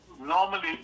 normally